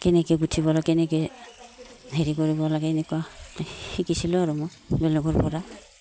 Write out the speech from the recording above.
কেনেকৈ গোঁঠিব লাগে কেনেকৈ হেৰি কৰিব লাগে এনেকুৱা শিকিছিলোঁ আৰু মই বেলেগৰপৰা